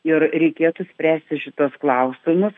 ir reikėtų spręsti šituos klausimus